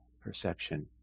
perception